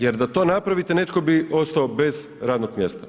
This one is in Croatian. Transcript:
Jer da to napravite netko bi ostao bez radnog mjesta.